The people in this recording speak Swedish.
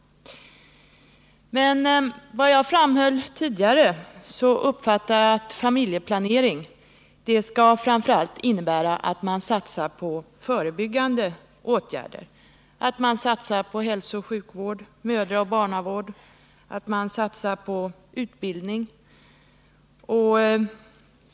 Som jag tidigare framhöll uppfattar jag det så att familjeplanering framför allt skall innebära att man satsar på förebyggande åtgärder — att man satsar på hälsooch sjukvård, mödraoch barnavård samt utbildning.